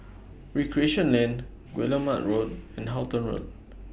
Recreation Lane Guillemard Road and Halton Road